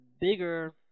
bigger